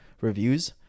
reviews